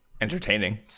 entertaining